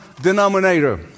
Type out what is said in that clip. denominator